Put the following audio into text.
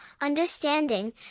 understanding